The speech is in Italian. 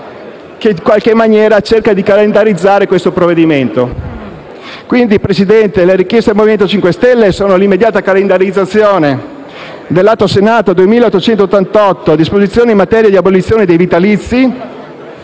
che, in qualche maniera, cerca di farlo calendarizzare. Quindi, signor Presidente, le richieste del Movimento 5 Stelle sono l'immediata calendarizzazione dell'Atto Senato 2888 («Disposizioni in materia di abolizione dei vitalizi